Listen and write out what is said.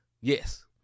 Yes